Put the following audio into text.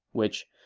which,